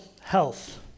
health